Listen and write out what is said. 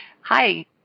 Hi